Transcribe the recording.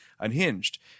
unhinged